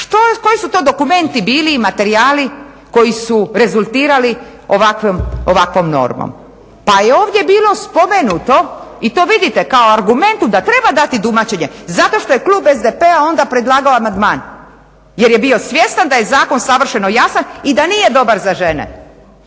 koji su to dokumenti bili i materijali koji su rezultirali ovakvom normom pa je ovdje bilo spomenuto i to vidite kao argumentu da treba dati tumačenje zato što je klub SDP-a onda predlagao amandman jer je bio svjestan da je zakon savršeno jasan i da nije dobar za žene.